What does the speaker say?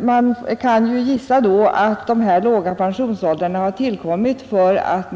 Man kan då gissa att denna låga pensionsålder tillkommit för att